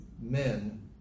men